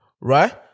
right